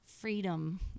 freedom